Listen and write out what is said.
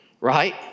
right